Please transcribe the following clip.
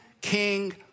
king